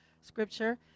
scripture